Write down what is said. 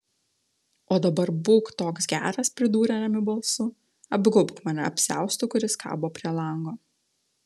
o dabar būk toks geras pridūrė ramiu balsu apgaubk mane apsiaustu kuris kabo prie lango